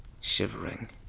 shivering